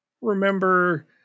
remember